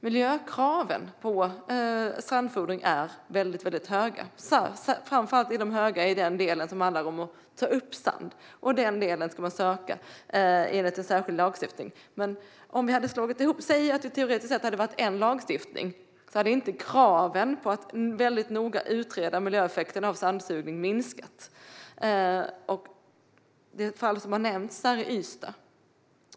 Miljökraven på strandfodring är väldigt höga, framför allt i den del som handlar om att ta upp sand. Till denna del ska man söka tillstånd enligt en särskild lagstiftning. Men om vi teoretiskt sett säger att det hade varit en enda lagstiftning hade ändå inte kraven på att noga utreda miljöeffekterna av sandsugning minskat. Det fall som har nämnts här är Ystad.